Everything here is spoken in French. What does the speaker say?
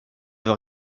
veux